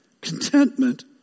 Contentment